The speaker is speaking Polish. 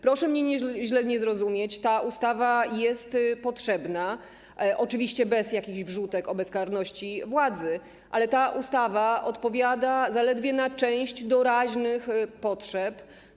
Proszę mnie źle nie zrozumieć, ta ustawa jest potrzebna, oczywiście bez jakichś wrzutek o bezkarności władzy, ale odpowiada ona zaledwie na część doraźnych potrzeb.